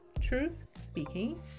truth-speaking